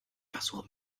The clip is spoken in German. versuche